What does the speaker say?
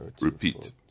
Repeat